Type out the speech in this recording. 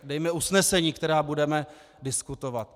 Dejme usnesení, která budeme diskutovat.